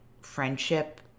friendship